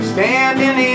Standing